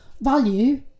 value